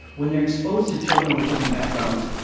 when they're exposed to children with different backgrounds,